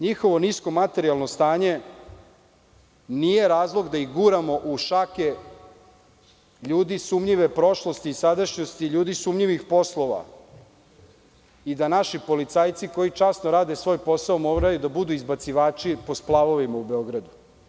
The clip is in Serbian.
Njihovo nisko materijalno stanje nije razlog da ih guramo u šake ljudi sumnjive prošlosti i sadašnjosti, ljudi sumnjivih poslova, i da naši policajci koji časno rade svoj posao moraju da budu izbacivači po splavovima u Beogradu.